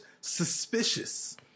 suspicious